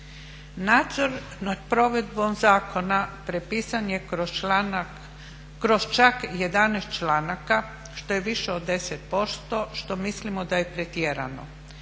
Nadzor nad provedbom zakona propisan je kroz čak 11 članaka što je više od 10%, što mislimo da je pretjerano.